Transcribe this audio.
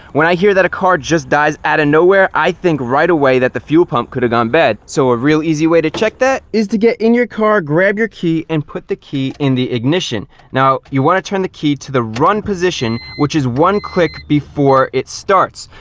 when i hear that a car just dies out of nowhere, i think right away that the fuel pump could have gone bad. so a real easy way to check that is to get in your car, grab your key, and put the key in the ignition. now, you want to turn the key to the run position, which is one click before it starts.